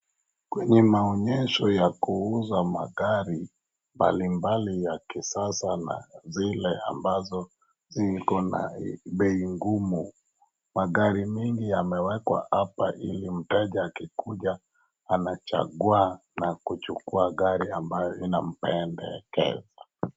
Kwenye maonyesho ya kuuza magari mbalimbali ya kisasa na zile ambazo zikona bei gumu. Magari mingi yamewekwa hapa ili mteja akikuja anachangua na kuchukua gari ambayo inampendekeza.